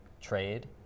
trade